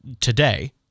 today